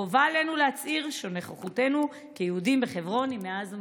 חובה עלינו להצהיר שנוכחותנו כיהודים בחברון היא מאז ומתמיד.